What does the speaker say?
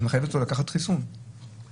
את מחייבת אותו לקחת חיסון שלפני